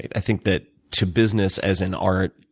i think that to business, as in art,